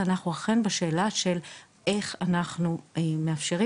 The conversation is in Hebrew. אנחנו אכן בשאלה של איך אנחנו מאפשרים